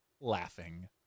laughing